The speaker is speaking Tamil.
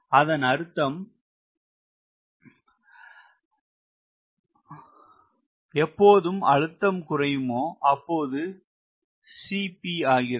அதன் அர்த்தம் எப்போது அழுத்தம் குறையுமோ அப்போது 0 ஆகிறது